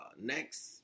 next